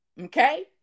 Okay